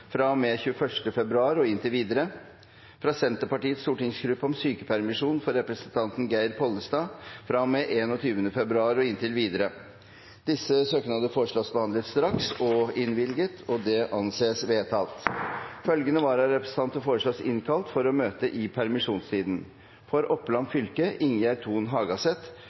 med 21. februar og inntil videre fra Senterpartiets stortingsgruppe om sykepermisjon for representanten Geir Pollestad fra og med 21. februar og inntil videre Etter forslag fra presidenten ble enstemmig besluttet: Søknadene behandles straks og innvilges. Følgende vararepresentanter innkalles for å møte i permisjonstiden: For Oppland fylke: Ingjerd Thon Hagaseth